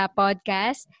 podcast